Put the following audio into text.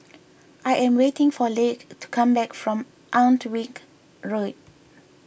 I am waiting for Leigh to come back from Alnwick Road